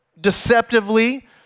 deceptively